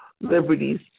liberties